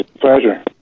Pleasure